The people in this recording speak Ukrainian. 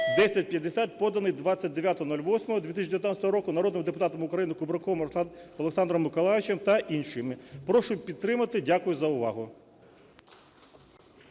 1050), поданий 29.08.2019 року народним депутатом України Кубраковим Олександром Миколайовичем та іншими. Прошу підтримати. Дякую за увагу.